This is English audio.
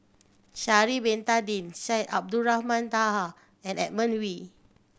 Sha'ari Bin Tadin Syed Abdulrahman Taha and Edmund Wee